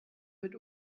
mit